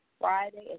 Friday